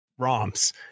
ROMs